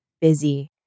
busy